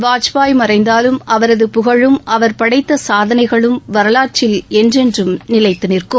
வாஜ்பாய் மறைந்தாலும் அவரது புகழும் அவர் படைத்த சாதனைகளும் வரவாற்றில் என்றென்றும் நிலைத்து நிற்கும்